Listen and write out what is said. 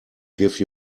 give